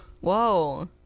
Whoa